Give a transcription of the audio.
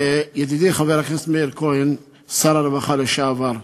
ידידי, חבר הכנסת מאיר כהן, שר הרווחה לשעבר,